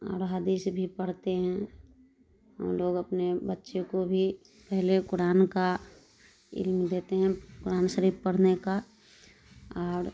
اور حدیث بھی پڑھتے ہیں ہم لوگ اپنے بچے کو بھی پہلے قرآن کا علم دیتے ہیں قرآن شریف پڑھنے کا اور